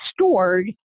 stored